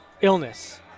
illness